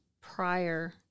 prior